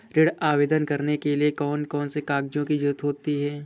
ऋण आवेदन करने के लिए कौन कौन से कागजों की जरूरत होती है?